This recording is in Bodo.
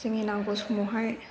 जोंनि नांगौ समावहाय